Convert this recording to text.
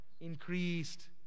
Increased